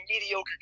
mediocre